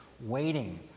waiting